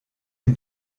dem